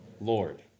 Lord